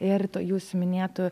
ir tuo jūsų minėtu